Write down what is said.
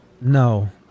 No